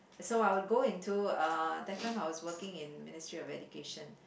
so I will go into uh that time I was working in Ministry of Education